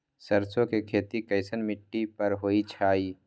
सरसों के खेती कैसन मिट्टी पर होई छाई?